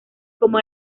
como